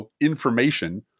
information